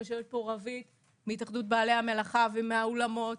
יושבת פה רוית מהתאחדות בעלי המלאכה ומהאולמות.